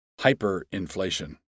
hyperinflation